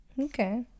Okay